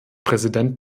präsident